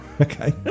Okay